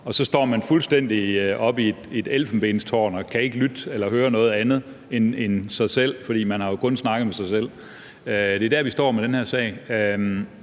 og så står man fuldstændig oppe i et elfenbenstårn og kan ikke høre noget andet end sig selv, for man har jo kun snakket med sig selv. Det er der, vi står med den her sag.